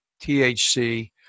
THC